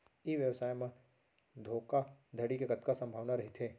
ई व्यवसाय म धोका धड़ी के कतका संभावना रहिथे?